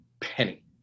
penny